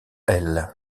elles